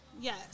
Yes